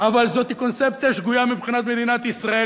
אבל זאת קונספציה שגויה מבחינת מדינת ישראל,